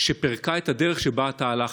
שפירקה את הדרך שבה אתה הלכת.